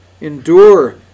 endure